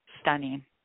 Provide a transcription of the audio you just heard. stunning